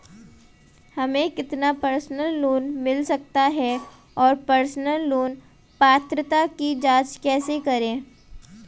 हमें कितना personal loan मिल सकता है और पर्सनल लोन पात्रता की जांच कैसे करें?